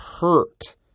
hurt